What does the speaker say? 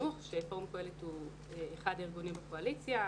בחינוך כאשר פורום קוהלת הוא אחד הארגונים בקואליציה.